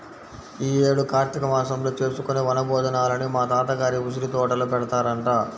యీ యేడు కార్తీక మాసంలో చేసుకునే వన భోజనాలని మా తాత గారి ఉసిరితోటలో పెడతారంట